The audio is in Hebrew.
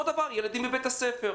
אותו דבר ילדים בבית הספר.